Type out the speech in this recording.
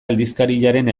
aldizkariaren